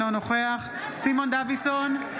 אינו נוכח סימון דוידסון,